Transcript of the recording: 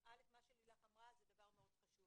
אל"ף, מה שלילך אמרה זה משהו מאוד חשוב.